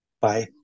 bye